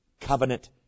covenant